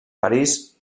parís